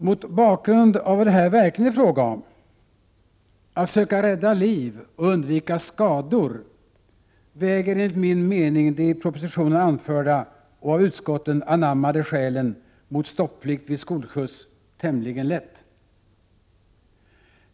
Mot bakgrund av vad det här verkligen är fråga om — att söka rädda liv och undvika skador — väger enligt min mening de i propositionen anförda och av utskottet anammade skälen mot stopplikt vid skolsjuts tämligen lätt.